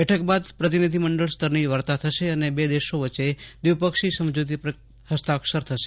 બેઠક બાદ પ્રતિનિધિમંડળ સ્તરની વાર્તા થશે અને બે દેશો વચ્ચે દ્વિપક્ષી સમજૂતી કરાર પર હસ્તાક્ષર થશે